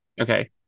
Okay